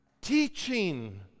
teaching